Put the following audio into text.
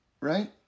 right